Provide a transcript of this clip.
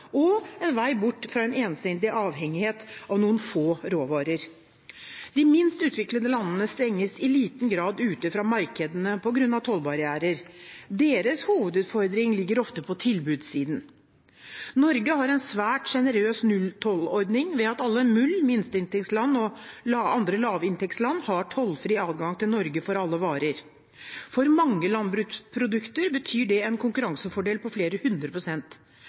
og en vei bort fra ensidig avhengighet av noen få råvarer. De minst utviklede landene stenges i liten grad ute fra markedene på grunn av tollbarrierer. Deres hovedutfordring ligger ofte på tilbudssiden. Norge har en svært sjenerøs nulltollordning ved at alle MUL – minst utviklede land – og andre lavinntektsland har tollfri adgang til Norge for alle varer. For mange landbruksprodukter betyr det en konkurransefordel på flere